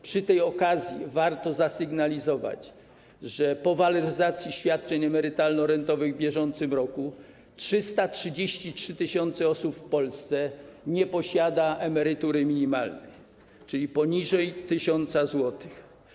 Przy tej okazji warto zasygnalizować, że po waloryzacji świadczeń emerytalno-rentowych w bieżącym roku 333 tys. osób w Polsce nie ma emerytury minimalnej, czyli ma poniżej 1 tys. zł.